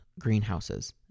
greenhouses